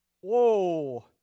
Whoa